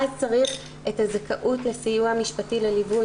אז צריך את הזכאות לסיוע משפטי לליווי